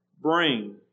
bring